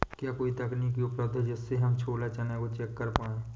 क्या कोई तकनीक उपलब्ध है जिससे हम छोला चना को चेक कर पाए?